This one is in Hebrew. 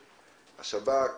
השב"כ,